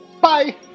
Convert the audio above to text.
Bye